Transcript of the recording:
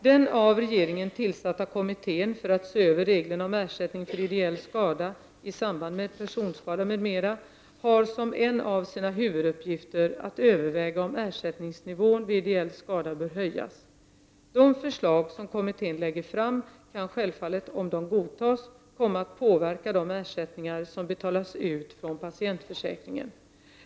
Den av regeringen tillsatta kommittén för att se över reglerna om ersättning för ideell skada i samband med personskada m.m, har som en av sina huvuduppgifter att överväga om ersättningsnivån vid ideell skada bör höjas . De förslag som kommittén lägger fram kan självfallet, om de godtas, komma att påverka de ersättningar som betalas ut från patientförsäkringen.